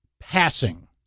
passing